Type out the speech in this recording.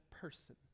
person